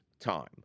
time